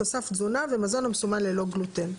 תוסף תזונה ומזון המסומן ללא גלוטן.